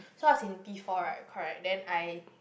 so I was in P four right correct then I